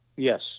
Yes